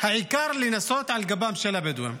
העיקר לנסות על גבם של הבדואים.